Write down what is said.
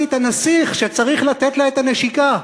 את הנסיך שצריך לתת לה את הנשיקה.